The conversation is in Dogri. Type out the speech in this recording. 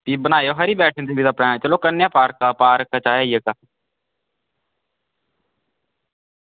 भी खरा बनायो वैष्णो देवी दा प्लान चलो पार्क दा खरा